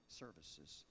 services